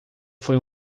foi